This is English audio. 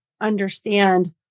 understand